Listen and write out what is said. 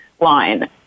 line